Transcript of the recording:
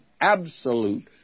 absolute